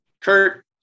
Kurt